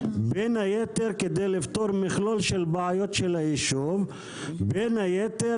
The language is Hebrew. בין היתר כדי לפתור מכלול בעיות של היישוב; בין היתר